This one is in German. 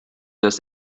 das